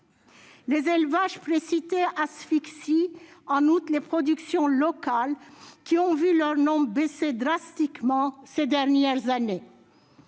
Les élevages précités asphyxient en outre les productions locales, qui ont vu leur nombre baisser drastiquement ces dernières années.